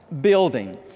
building